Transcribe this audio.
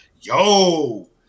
yo